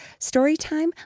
Storytime